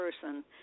person